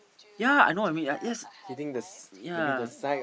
ya I know what you mean right yes ya